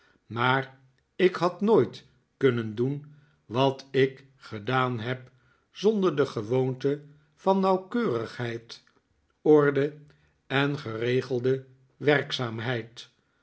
maar ik had nooit kunnen doen wat ik gedaan heb zonder de gewoonte van nauwkeurigheid orde en geregelde werkzaamheid